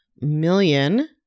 million